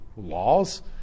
laws